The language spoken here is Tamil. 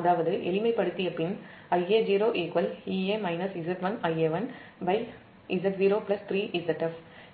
அதாவது எளிமைப்படுத்திய பின் இது சமன்பாடு 38